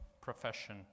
profession